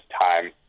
time